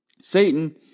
Satan